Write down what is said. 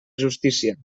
justícia